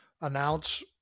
announce